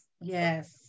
yes